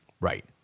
Right